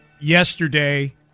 yesterday